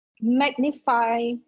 magnify